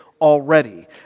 already